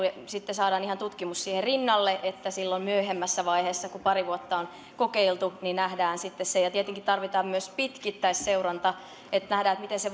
ja sitten saadaan ihan tutkimus siihen rinnalle niin että silloin myöhemmässä vaiheessa kun pari vuotta on kokeiltu se sitten nähdään ja tietenkin tarvitaan myös pitkittäisseuranta että nähdään miten se